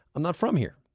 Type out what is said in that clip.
i'm not from here.